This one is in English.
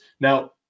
Now